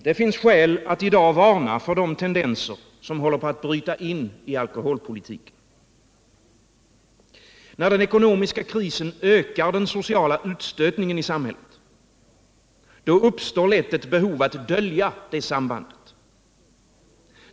Det finns skäl att i dag varna för de tendenser som håller på att bryta in i alkoholpolitiken. När den ekonomiska krisen ökar den sociala utstötningen i samhället, då uppstår ett behov att dölja detta samband.